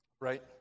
Right